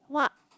what